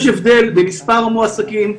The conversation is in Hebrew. יש הבדל במספר המועסקים,